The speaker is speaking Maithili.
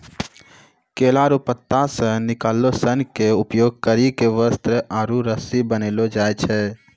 केला रो पत्ता से निकालो सन के उपयोग करी के वस्त्र आरु रस्सी बनैलो जाय छै